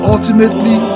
Ultimately